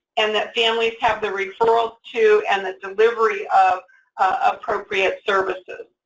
and that families have the referrals to and the delivery of appropriate services.